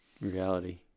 Reality